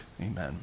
Amen